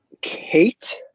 Kate